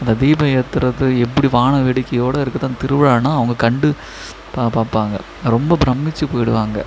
அந்த தீபம் ஏத்துறது எப்படி வானவேடிக்கையோடு இருக்குது அந்த திருவிழான்னா அவங்க கண்டு பார்ப்பாங்க அது ரொம்ப பிரமித்து போய்டுவாங்க